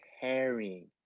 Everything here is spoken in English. carrying